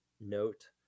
note